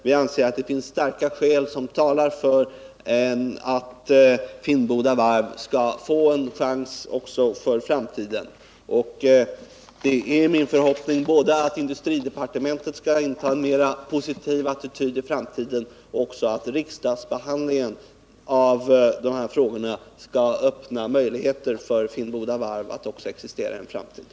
Vi anser att det finns starka skäl som talar för att Finnboda varv skall få en chans också för framtiden. Det är min förhoppning både att industridepartementet skall inta en mera positiv attityd i framtiden och att riksdagsbehandlingen av dessa frågor skall öppna möjligheter för Finnboda varv att existera också framöver.